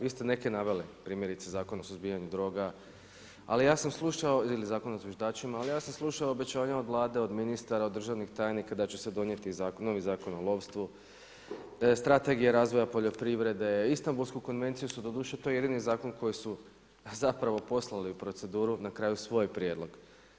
Vi ste neke naveli, primjerice Zakon o suzbijanju droga, ali ja sam slušao ili zapravo zviždačima, ali ja sam slušao obećanja od Vlade, od ministara, od državnih tajnika da će se donijeti novi Zakon o lovstvu, strategija razvoja poljoprivrede, Istanbulsku konvenciju su doduše, to je jedini Zakon koji su zapravo poslali u proceduru na kraju ... prijedlog.